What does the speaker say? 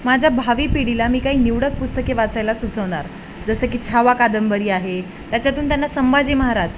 माझ्या भावी पिढीला मी काही निवडक पुस्तके वाचायला सुचवणार जसं की छावा कादंबरी आहे त्याच्यातून त्यांना संभाजी महाराज